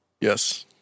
Yes